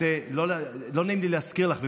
לא נעים לי להזכיר לך,